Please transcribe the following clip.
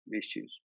issues